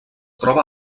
troba